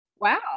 Wow